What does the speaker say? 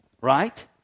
Right